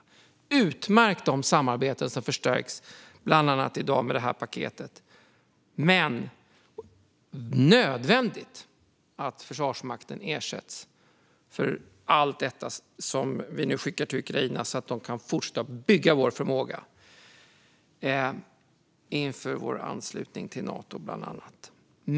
Det är utmärkt att samarbetet har förstärkts, bland annat i dag med detta paket, men det är nödvändigt att Försvarsmakten ersätts för allt det som vi nu skickar till Ukraina så att de kan fortsätta att bygga vår förmåga inför vår anslutning till Nato, bland annat.